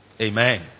Amen